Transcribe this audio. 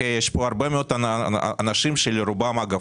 יש פה הרבה מאוד אנשים, שלרובם, אגב,